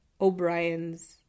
O'Brien's